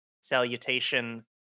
salutation